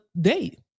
date